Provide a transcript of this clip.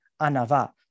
anava